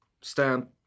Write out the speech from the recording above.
stamp